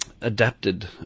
adapted